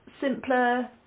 simpler